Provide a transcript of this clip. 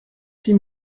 six